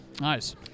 Nice